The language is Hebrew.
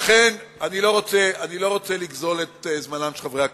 ולכן, אני לא רוצה לגזול את זמנם של חברי הכנסת.